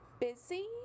busy